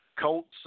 Colts